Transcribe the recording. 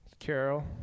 Carol